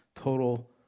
total